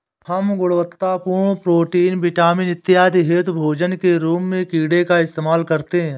हम गुणवत्तापूर्ण protein, vitamin इत्यादि हेतु भोजन के रूप में कीड़े का इस्तेमाल करते हैं